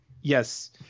Yes